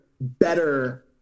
better